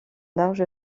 large